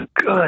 good